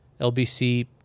LBC